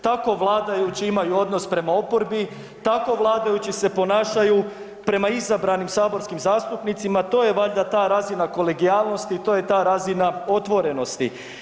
Tako vladajući imaju odnos prema oporbi, tako vladajući se ponašaju prema izabranim saborskim zastupnicima, to je valjda ta razina kolegijalnosti, to je ta razina otvorenosti.